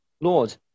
Lord